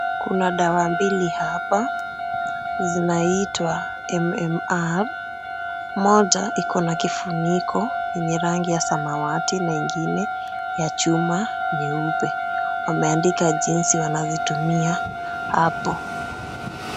Kuna dawa mbili hapa zinaitwa MMR. Moja ikona kifuniko yenye rangi ya samawati na ingine ya chuma nyeupe. Wameandika jinsi wanazitumia hapo.